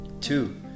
Two